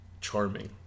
charming